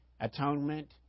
atonement